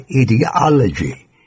ideology